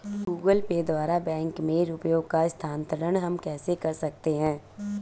Google Pay द्वारा bank में रुपयों का स्थानांतरण हम कैसे कर सकते हैं?